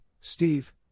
Steve